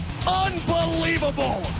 Unbelievable